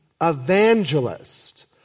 evangelist